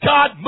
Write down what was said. God